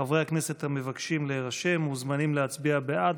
חברי הכנסת המבקשים להירשם מוזמנים להצביע בעד,